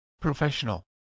Professional